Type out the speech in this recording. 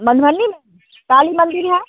मधुबनी में काली मंदिर है